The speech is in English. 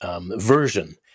version